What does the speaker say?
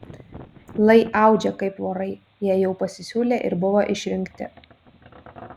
lai audžia kaip vorai jei jau pasisiūlė ir buvo išrinkti